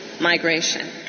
migration